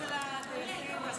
אתה רוצה שאני אעלה?